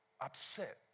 upset